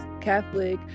Catholic